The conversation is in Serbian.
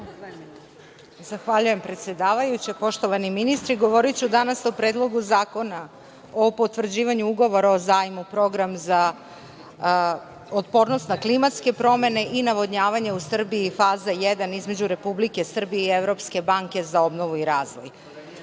Zahvaljujem, predsedavajuća. Poštovani ministri, govoriću danas o Predlogu zakona o potvrđivanju Ugovora o zajmu (Program za otpornost na klimatske promene i navodnjavanje u Srbiji, faza I), između Republike Srbije i Evropske banke za obnovu i razvoj. Uopšte,